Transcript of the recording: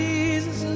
Jesus